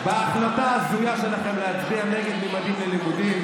בהחלטה ההזויה שלכם להצביע נגד ממדים ללימודים